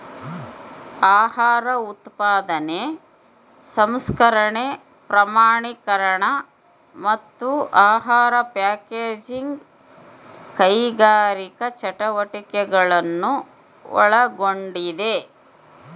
ಆಹಾರ ಉತ್ಪಾದನೆ ಸಂಸ್ಕರಣೆ ಪ್ರಮಾಣೀಕರಣ ಮತ್ತು ಆಹಾರ ಪ್ಯಾಕೇಜಿಂಗ್ ಕೈಗಾರಿಕಾ ಚಟುವಟಿಕೆಗಳನ್ನು ಒಳಗೊಂಡಿದೆ